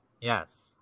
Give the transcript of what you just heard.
Yes